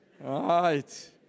Right